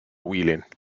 wheeling